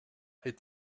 est